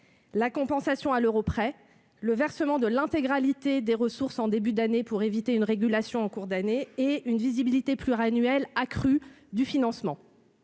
la compensation à l'euro près, le versement de l'intégralité des ressources en début d'année pour éviter une régulation en cours d'exercice, une visibilité pluriannuelle accrue du financement.